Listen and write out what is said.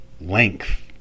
Length